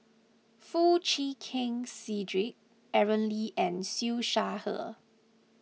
Foo Chee Keng Cedric Aaron Lee and Siew Shaw Her